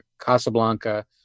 Casablanca